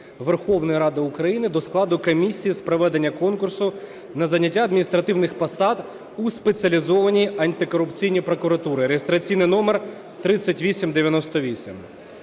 Верховної Ради України до складу комісії з проведення конкурсу на зайняття адміністративних посад у Спеціалізованій антикорупційній прокуратурі (реєстраційний номер 3898).